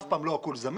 אף פעם לא הכול זמין,